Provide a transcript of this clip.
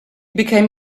became